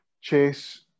Chase